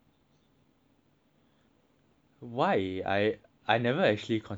why I I never consider overseas at all sia